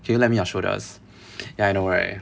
can you lend me your shoulders ya I know right